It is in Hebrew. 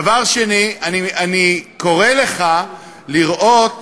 דבר שני: אני קורא לך לראות